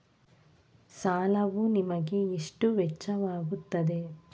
ಸಾಲವು ನಿಮಗೆ ಎಷ್ಟು ವೆಚ್ಚವಾಗುತ್ತದೆ?